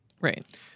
Right